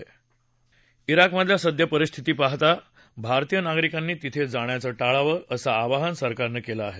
ा रोकमधली सद्य परिस्थिती पाहता भारतीय नागरिकांनी तिथे जाण्याचं टाळावं असं आवाहन सरकारनं केलं आहे